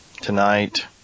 Tonight